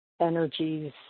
energies